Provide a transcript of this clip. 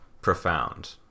profound